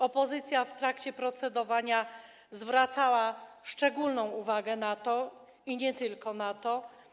Opozycja w trakcie procedowania zwracała szczególną uwagę na to, i nie tylko na to.